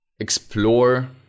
explore